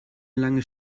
lange